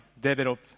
develop